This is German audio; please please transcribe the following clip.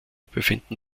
befinden